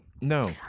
no